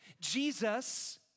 Jesus